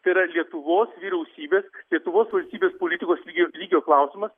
tai yra lietuvos vyriausybės lietuvos valstybės politikos lygio lygio klausimas